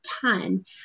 ton